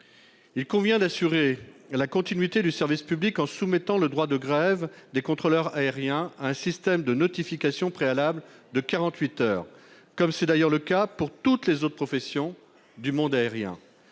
Il convient d'assurer la continuité du service public en soumettant le droit de grève des contrôleurs aériens à un système de notification préalable de 48 heures, comme c'est le cas d'ailleurs pour toutes les autres professions du monde aérien.